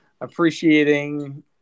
appreciating